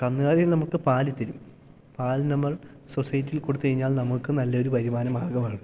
കന്നുകാലികൾ നമുക്ക് പാല് തരും പാല് നമ്മൾ സൊസൈറ്റിയിൽ കൊടുത്തു കഴിഞ്ഞാൽ നമുക്ക് നല്ലൊരു വരുമാന മാർഗ്ഗമാണ്